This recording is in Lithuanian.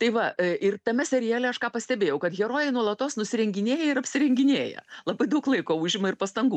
tai va ir tame seriale aš ką pastebėjau kad herojai nuolatos nusirenginėja ir apsirenginėja labai daug laiko užima ir pastangų